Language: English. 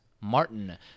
Martin